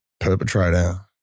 perpetrator